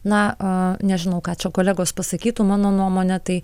na nežinau ką čia kolegos pasakytų mano nuomone tai